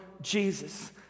Jesus